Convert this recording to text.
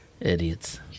idiots